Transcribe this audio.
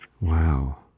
Wow